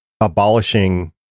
abolishing